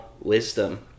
wisdom